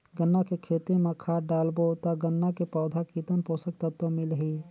गन्ना के खेती मां खाद डालबो ता गन्ना के पौधा कितन पोषक तत्व मिलही?